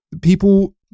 people